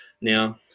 now